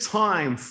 time